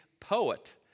poet